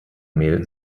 mel